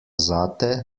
zate